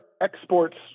exports